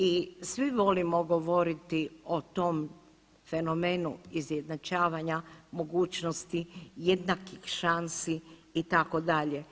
I svi volimo govoriti o tom fenomenu izjednačavanja mogućnosti jednakih šansi itd.